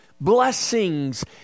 blessings